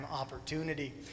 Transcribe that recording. opportunity